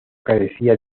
carecía